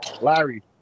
Larry